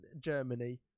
Germany